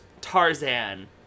Tarzan